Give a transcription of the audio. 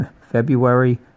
February